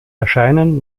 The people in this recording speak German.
erscheinen